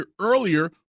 earlier